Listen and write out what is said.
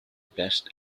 best